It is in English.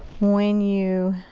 when you